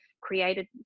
created